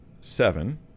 seven